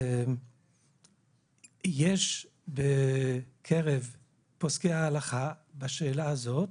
יש בקרב פוסקי ההלכה בשאלה הזאת